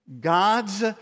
God's